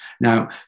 Now